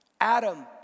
Adam